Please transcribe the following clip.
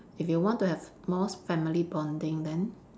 if you want to have more family bonding then